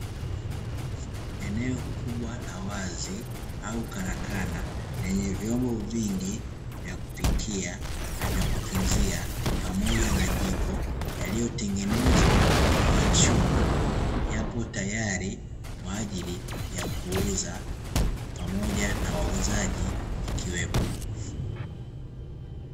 Eneo kubwa la wazi au karakana lenye vyombo vingi vya kupikia na vya kutunzia pamoja na jiko, yaliyotengenezwa kwa chuma yapo tayari kwajili ya kuuza pamoja na wauzaji wakiwepo.